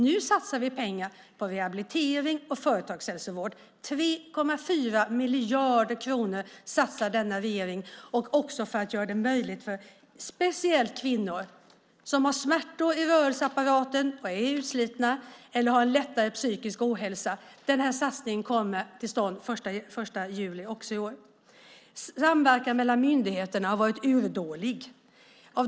Nu satsar vi pengar på rehabilitering och företagshälsovård. 3,4 miljarder kronor satsar denna regering, också för att göra det möjligt speciellt för kvinnor som har smärtor i rörelseapparaten, är utslitna eller har en lättare psykisk ohälsa. Den här satsningen kommer till stånd den 1 juli i år. Samverkan mellan myndigheterna har varit urdålig.